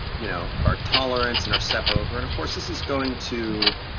you know, our tolerance and our step over, and of course, this is going to,